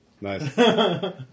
Nice